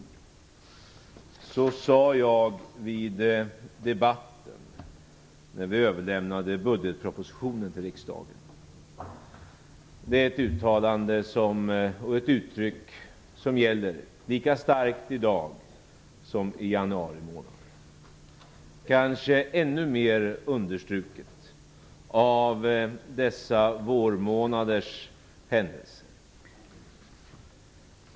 Så sade jag vid debatten när vi överlämnade budgetpropositionen till riksdagen. Det är ett uttalande och ett uttryck som gäller lika starkt i dag som i januari, kanske ännu mer understruket av dessa vårmånaders händelser.